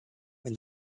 when